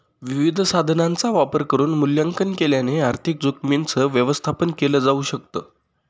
विविध साधनांचा वापर करून मूल्यांकन केल्याने आर्थिक जोखीमींच व्यवस्थापन केल जाऊ शकत